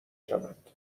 شوند